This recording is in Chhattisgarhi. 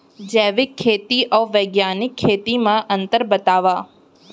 जैविक खेती अऊ बैग्यानिक खेती म अंतर बतावा?